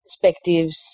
perspectives